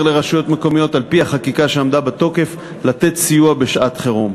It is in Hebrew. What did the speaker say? לרשויות מקומיות על-פי החקיקה שעמדה בתוקף לתת סיוע בשעת חירום.